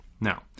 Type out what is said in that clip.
Now